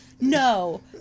No